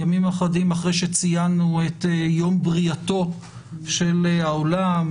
ימים אחדים אחרי שציינו את יום בריאתו של העולם,